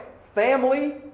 family